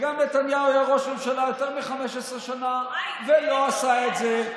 וגם נתניהו היה ראש ממשלה יותר מ-15 שנה ולא עשה את זה,